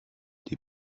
des